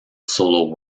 solo